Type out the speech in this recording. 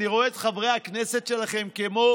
אני רואה את חברי הכנסת שלכם כמו